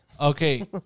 Okay